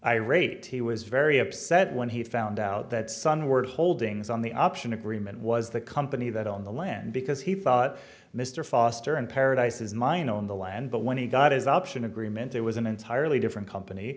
irate he was very upset when he found out that sun work holdings on the option agreement was the company that owned the land because he thought mr foster and paradises mine own the land but when he got his option agreement it was an entirely different company